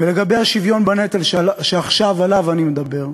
ולגבי השוויון בנטל, ועכשיו עליו אני מדבר,